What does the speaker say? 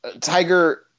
tiger